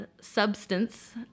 substance